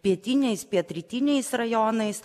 pietiniais pietrytiniais rajonais